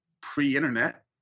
pre-internet